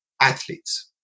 athletes